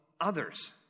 others